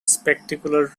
spectacular